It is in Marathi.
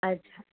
अच्छा